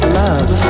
love